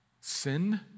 sin